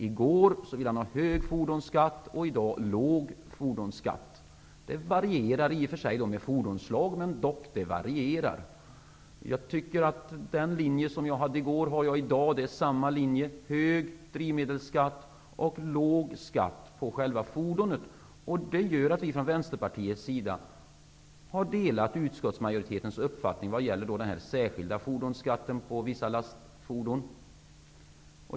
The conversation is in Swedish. I går ville han ha hög fordonsskatt och i dag låg fordonsskatt. Det varierar i och för sig med fordonsslag, men det varierar. För min del har jag samma inställning i dag som jag hade i går: hög drivmedelsskatt och låg skatt på själva fordonet. Det gör att vi från Vänsterpartiets sida har delat utskottsmajoritetens uppfattning vad gäller den särskilda fordonsskatten på vissa lastfordon.